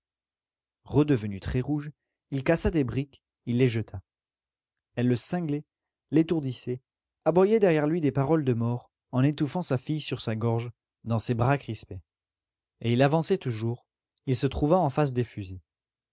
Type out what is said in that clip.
redevenu très rouge il cassa des briques il les jeta elle le cinglait l'étourdissait aboyait derrière lui des paroles de mort en étouffant sa fille sur sa gorge dans ses bras crispés et il avançait toujours il se trouva en face des fusils